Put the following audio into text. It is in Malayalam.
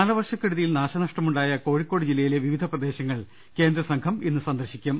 കാലവർഷക്കെടുതിയിൽ നാൾനഷ്ടമുണ്ടായ കോഴിക്കോട് ജില്ലയിലെ വിവിധ പ്രദേശങ്ങൾ കേന്ദ്രസംഘം ഇന്ന് സന്ദർശിക്കും